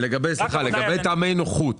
לגבי טעמי נוחות